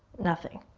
nothing.